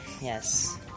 Yes